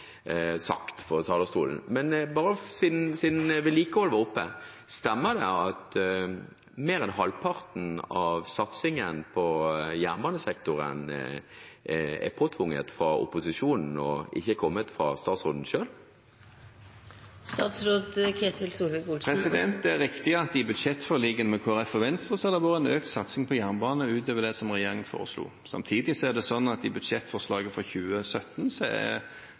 sagt fra talerstolen. Siden vedlikehold var tatt opp: Stemmer det at mer enn halvparten av satsingen på jernbanesektoren er påtvunget fra opposisjonen, og ikke er kommet fra statsråden selv? Det er riktig at i budsjettforlikene med Kristelig Folkeparti og Venstre har det vært økt satsing på jernbane utover det som regjeringen foreslo. Samtidig er det sånn at i budsjettforslaget for 2017 er